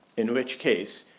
in which case,